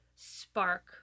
Spark